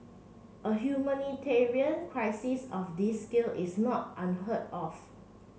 a humanitarian crisis of this scale is not unheard of